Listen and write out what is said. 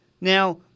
Now